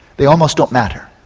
they almost don't matter.